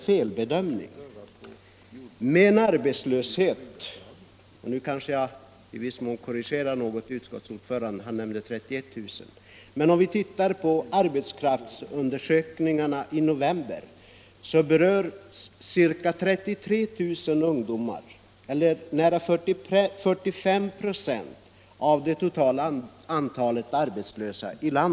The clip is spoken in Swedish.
2222 ?= N 08 felbedömning: marknadsutbildungdomar i landet är 33000 — utskottets ordförande nämnde siffran ning, m.m. 31 000 — eller nära 45 96 av det totala antalet arbetslösa.